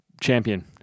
Champion